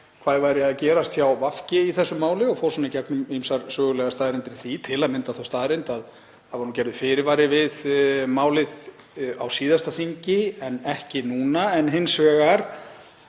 hvað væri að gerast hjá VG í þessu máli og fór í gegnum ýmsar sögulegar staðreyndir í því, til að mynda þá staðreynd að það var gerður fyrirvari við málið á síðasta þingi en ekki núna. Hins vegar